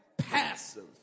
Passive